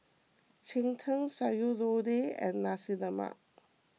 Cheng Tng Sayur Lodeh and Nasi Lemak